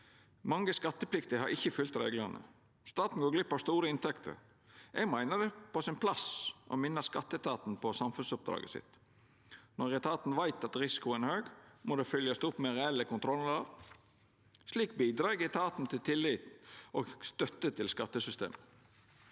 Mange skattepliktige har ikkje følgt reglane. Staten går glipp av store inntekter. Eg meiner det er på sin plass å minna skatteetaten på samfunnsoppdraget sitt. Når etaten veit at risikoen er høg, må det følgjast opp med reelle kontrollar. Slik bidreg etaten til tillit og støtte til skattesystemet.